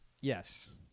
Yes